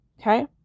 Okay